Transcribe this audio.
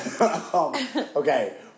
Okay